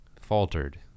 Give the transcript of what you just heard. faltered